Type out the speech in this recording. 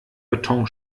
beton